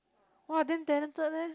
!wah! then talented leh